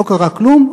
לא קרה כלום,